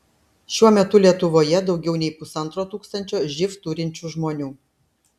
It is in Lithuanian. šiuo metu lietuvoje daugiau nei pusantro tūkstančio živ turinčių žmonių